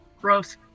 Gross